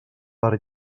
per